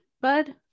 bud